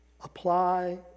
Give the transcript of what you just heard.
Apply